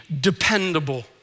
dependable